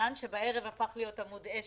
בערב הוא הפך להיות עמוד אש,